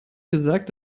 gesagt